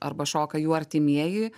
arba šoka jų artimieji